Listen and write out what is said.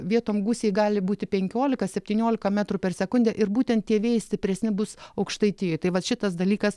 vietom gūsiai gali būti penkiolika septyniolika metrų per sekundę ir būtent tie vėjai stipresni bus aukštaitijoj tai vat šitas dalykas